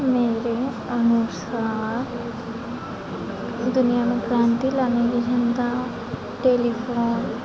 मेरे अनुसार दुनिया में क्रांति लाने की क्षमता टेलीफ़ोन